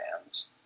fans